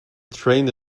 trained